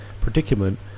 predicament